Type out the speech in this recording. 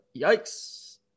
yikes